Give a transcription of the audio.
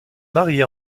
marié